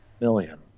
million